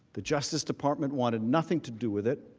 the justice department wanted nothing to do with it.